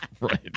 Right